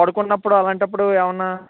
పడుకున్నప్పుడు అలాంటప్పుడు ఏమన్న